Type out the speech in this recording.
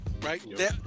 Right